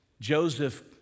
Joseph